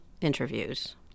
interviews